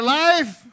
life